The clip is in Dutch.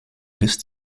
rest